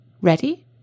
Ready